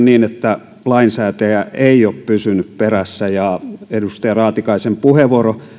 niin lainsäätäjä ei ole pysynyt perässä edustaja raatikaisen puheenvuoro